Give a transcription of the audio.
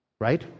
Right